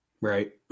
Right